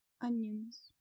Onions